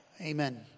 Amen